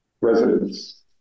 residents